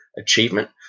achievement